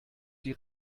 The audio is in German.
die